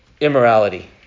immorality